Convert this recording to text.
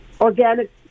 organic